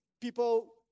People